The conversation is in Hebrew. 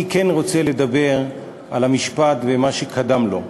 אני כן רוצה לדבר על המשפט ומה שקדם לו.